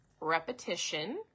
Repetition